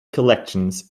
collections